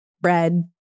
bread